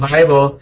Bible